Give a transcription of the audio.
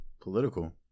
political